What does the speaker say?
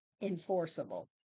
enforceable